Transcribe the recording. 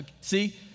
See